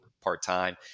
part-time